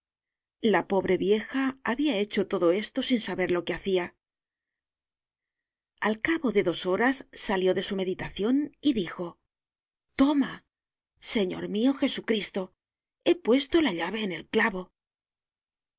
la pobre vieja habia hecho todo esto sin saber lo que hacia al cabo de dos horas salió de su meditacion y dijo toma señor mio jesucristo he puesto la llave en el clavo